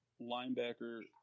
linebacker